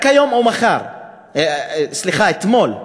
רק היום או מחר, סליחה, אתמול.